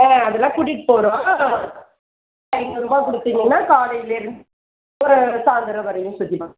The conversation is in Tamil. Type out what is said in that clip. ஆ அதெல்லாம் கூட்டிகிட்டுப் போகிறோம் ஐந்நூறுரூபா கொடுத்தீங்கன்னா காலையிலேருந்து சாயந்தரம் வரையும் சுற்றிப்பாக்